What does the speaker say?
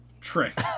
trick